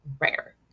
rare